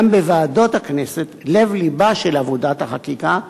גם בוועדות הכנסת, לב-לבה של עבודת החקיקה,